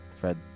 Fred